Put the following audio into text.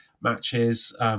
matches